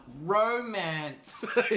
romance